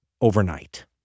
overnight